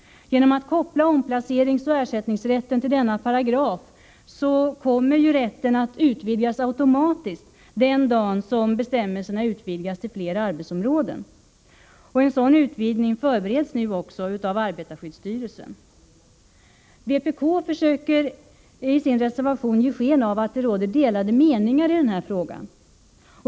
Genom att man kopplar omplaceringsoch ersättningsrätten till denna paragraf i arbetsmiljölagen kommer den rätten att utvidgas automatiskt den dag då bestämmelserna i 3 kap. 16 § Arbetsmiljölagen utvidgas till fler arbetsområden. En sådan utvidgning förbereds nu också av arbetarskyddsstyrelsen. Vpk försöker i sin reservation ge sken av att det råder delade meningar i denna fråga.